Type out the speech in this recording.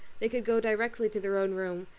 they could go directly to their own room,